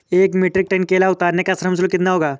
एक metric ton केला उतारने का श्रम शुल्क कितना होगा?